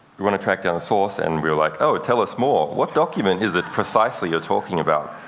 we want to track down the source. and we were like, oh, tell us more. what document is it, precisely, you're talking about?